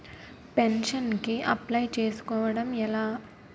Pension కి apply చేసుకోవడం ఎలా?